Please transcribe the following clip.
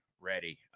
ready